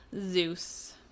Zeus